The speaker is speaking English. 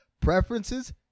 preferences